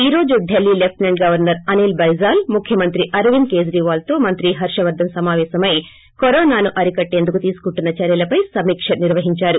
ఈ రోజు Delhi lieutenant governor Anil Baijal ముఖ్యమంత్రి అరవింద్ కేజ్రీవాల్తో మంత్రి హర్షవర్గన్ సమాపేశమై కరోనాను అరికట్టేందుకు తీసుకుంటున్న చర్యలపై సమీక్ష నిర్వహించారు